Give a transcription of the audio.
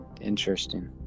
interesting